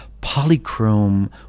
polychrome